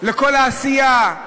לכל העשייה,